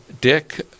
Dick